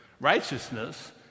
Righteousness